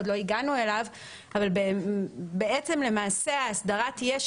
עוד לא הגענו אליו אבל בעצם למעשה ההסדרה תהיה,